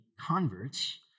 converts